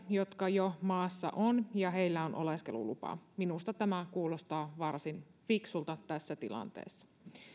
jotka jo maassa ovat ja joilla on oleskelulupa minusta tämä kuulostaa varsin fiksulta tässä tilanteessa